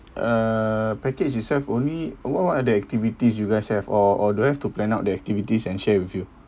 uh package itself only what what are the activities you guys have or or do I have to plan out the activities and share with you